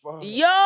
Yo